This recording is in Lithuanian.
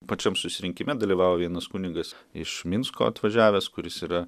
pačiam susirinkime dalyvavo vienas kunigas iš minsko atvažiavęs kuris yra